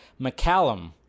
mccallum